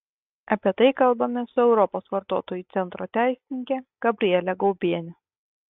apie tai kalbamės su europos vartotojų centro teisininke gabriele gaubiene